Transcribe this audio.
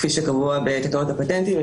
כפי שקבוע בתקנות הפטנטים,